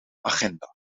agenda